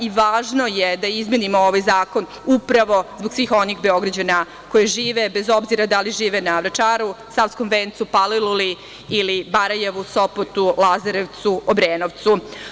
I važno je da izmenimo ovaj zakon upravo zbog svih onih Beograđana koji žive, bez obzira da li žive na Vračaru, Savskom vencu, Paliluli ili Barajevu, Sopotu, Lazarevcu, Obrenovcu.